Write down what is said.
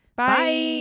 Bye